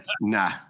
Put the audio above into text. Nah